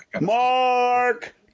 Mark